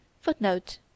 Footnote